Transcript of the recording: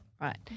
Right